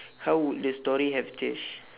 how would the story have changed